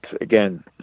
again